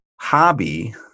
hobby